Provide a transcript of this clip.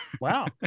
Wow